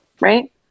right